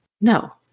No